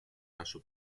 нашу